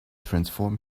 transform